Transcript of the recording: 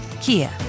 Kia